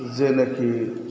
जेनाखि